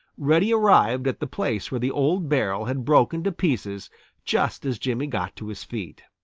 reddy arrived at the place where the old barrel had broken to pieces just as jimmy got to his feet.